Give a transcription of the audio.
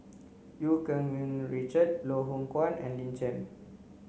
Eu Keng Mun Richard Loh Hoong Kwan and Lin Chen